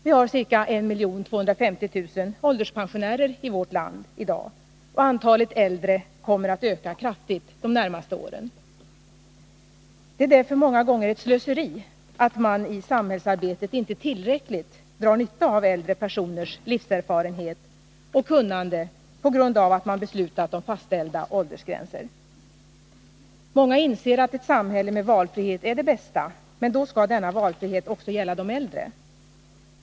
Vi har ca 1 250 000 ålderspensionärer i vårt land i dag, och antalet äldre kommer att öka kraftigt de närmaste åren. Det är därför många gånger ett slöseri att man i samhällsarbetet inte tillräckligt drar nytta av äldre personers livserfarenhet och kunnande på grund av att man beslutat om fastställda åldersgränser. Många inser att ett samhälle med valfrihet är det bästa, men då skall denna valfrihet också gälla de äldre.